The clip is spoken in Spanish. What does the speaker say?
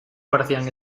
guardián